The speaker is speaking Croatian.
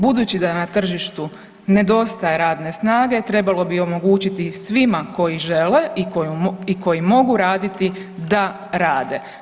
Budući da na tržištu nedostaje radne snage trebalo bi omogućiti i svima koji žele i koji mogu raditi da rade.